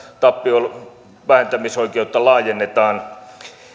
tappion vähentämisoikeutetta laajennetaan